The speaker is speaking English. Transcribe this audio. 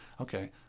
Okay